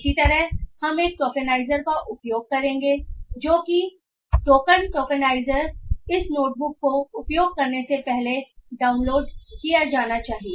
इसी तरह हम एक टोकेनाइजर का उपयोग करेंगे जो कि है टोकन टोकेनाइजर जो इस नोटबुक को उपयोग करने से पहले डाउनलोड किया जाना चाहिए